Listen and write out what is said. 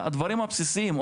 הדברים הבסיסיים,